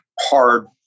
hard